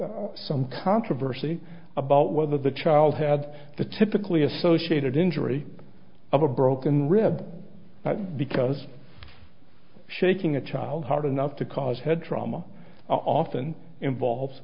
some controversy about whether the child had the typically associated injury of a broken rib because shaking a child hard enough to cause head trauma often involves